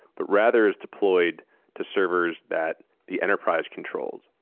but rather is deployed to servers that the enterprise controls.